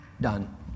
done